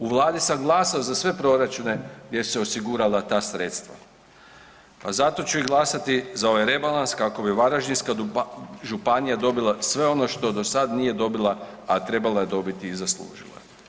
U vladi sam glasao za sve proračune gdje se osigurala ta sredstva, a zato ću i glasati za ovaj rebalans kako bi Varaždinska županija dobila sve ono što do sad nije dobila, a trebala je dobiti i zaslužila je.